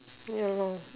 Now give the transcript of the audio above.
ya lor